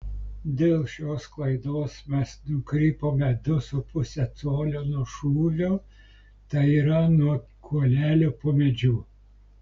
dėl šios klaidos mes nukrypome du su puse colio nuo šūvio tai yra nuo kuolelio po medžiu